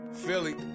Philly